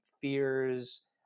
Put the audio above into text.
fears